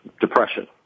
depression